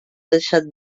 deixat